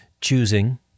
choosing